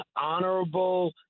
honorable